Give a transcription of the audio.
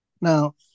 Now